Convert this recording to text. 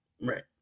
Right